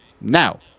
now